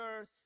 earth